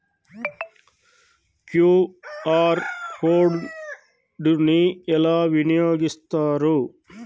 QR code ని ఎలా వినియోగిస్తారు?